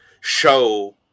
show